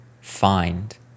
find